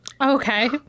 Okay